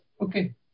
Okay